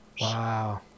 wow